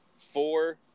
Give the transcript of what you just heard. Four